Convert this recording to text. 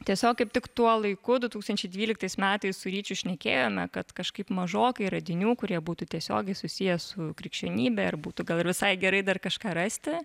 tiesiog kaip tik tuo laiku du tūkstančiai dvyliktais metais su ryčiu šnekėjome kad kažkaip mažokai radinių kurie būtų tiesiogiai susiję su krikščionybe ir būtų gal ir visai gerai dar kažką rasti